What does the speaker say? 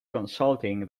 consulting